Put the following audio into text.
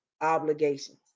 obligations